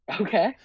okay